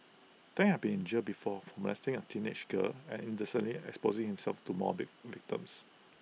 Tang had been in jail before for molesting A teenage girl and indecently exposing himself to more V victims